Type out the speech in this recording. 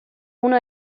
uno